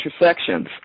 intersections